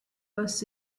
was